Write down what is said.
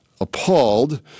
appalled